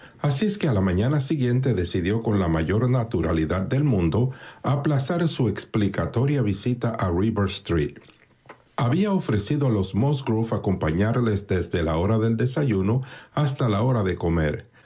así es que a la mañana siguiente decidió con la mayor naturalidad del mundo aplazar su explicatoria visita a rivers street había ofrecido a los musgrove acompañarlos desde la hora del desayuno hasta la de comer